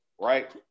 right